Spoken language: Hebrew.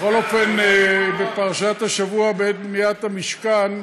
בכל אופן, בפרשת השבוע, בעת בניית המשכן,